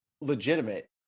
legitimate